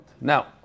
Now